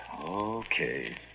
Okay